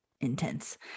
intense